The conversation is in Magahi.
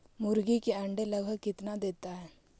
मुर्गी के अंडे लगभग कितना देता है?